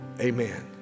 Amen